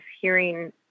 hearing